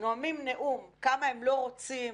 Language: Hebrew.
נואמים נאום כמה הם לא רוצים,